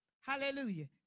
Hallelujah